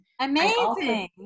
amazing